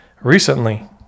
recently